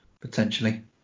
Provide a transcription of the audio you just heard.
potentially